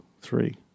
three